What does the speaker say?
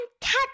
catch